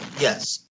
Yes